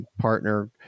Partner